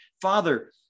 Father